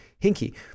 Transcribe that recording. hinky